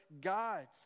God's